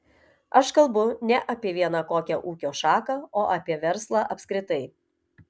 aš kalbu ne apie vieną kokią ūkio šaką o apie verslą apskritai